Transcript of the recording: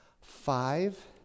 five